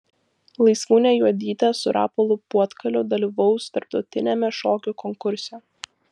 laisvūnė juodytė su rapolu puotkaliu dalyvaus tarptautiniame šokių konkurse